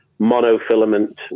monofilament